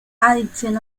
adicción